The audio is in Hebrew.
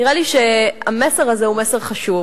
נראה לי שהמסר הזה הוא מסר חשוב.